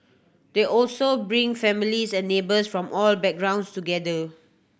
they also bring families and neighbours from all backgrounds together